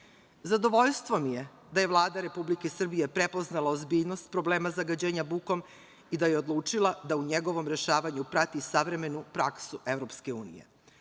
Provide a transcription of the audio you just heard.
građana. Zadovoljstvo mi je da je Vlada Republike Srbije prepoznala ozbiljnost problema zagađenja bukom i da je odlučila da u njegovom rešavanju prati savremenu praksu EU.